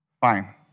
Fine